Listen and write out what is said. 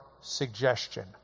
suggestion